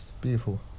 Beautiful